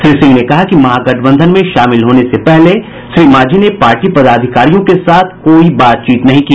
श्री सिंह ने कहा कि महागठबंधन में शामिल होने से पहले श्री मांझी ने पार्टी पदाधिकारियों के साथ कोई बातचीत नहीं की